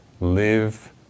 live